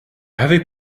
heavy